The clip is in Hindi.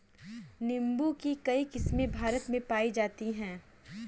नीम्बू की कई किस्मे भारत में पाई जाती है